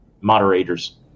moderators